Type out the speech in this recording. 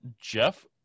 jeff